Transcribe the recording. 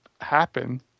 happen